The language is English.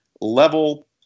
level